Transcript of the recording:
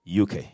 UK